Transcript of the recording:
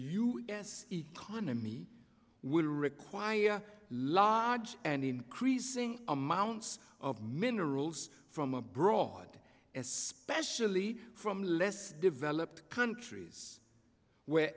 u s economy will require large and increasing amounts of minerals from abroad especially from less developed countries where